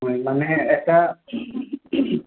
হয় মানে এটা